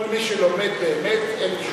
כל מי שלומד באמת, אין שום בעיה.